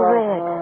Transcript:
red